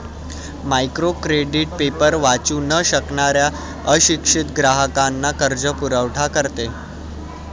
micro credit paper वाचू न शकणाऱ्या अशिक्षित ग्राहकांना कर्जपुरवठा करते